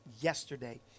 yesterday